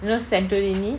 you know santorini